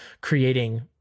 creating